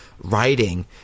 writing